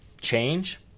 change